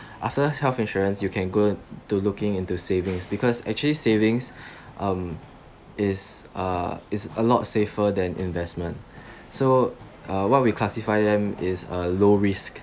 after health insurance you can go to looking into savings because actually savings um is uh is a lot safer than investment so uh what we classify them is uh low risk